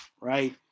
Right